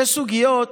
יש סוגיות,